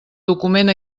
document